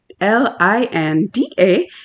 L-I-N-D-A